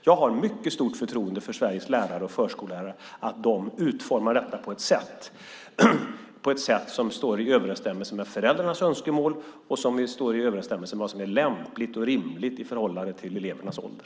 Jag har mycket stort förtroende för att Sveriges lärare och förskollärare utformar detta på ett sätt som står i överensstämmelse med föräldrarnas önskemål och med vad som är lämpligt och rimligt i förhållande till elevernas ålder.